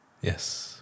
Yes